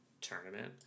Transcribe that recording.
Tournament